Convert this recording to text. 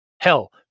Hell